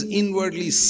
inwardly